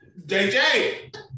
JJ